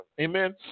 Amen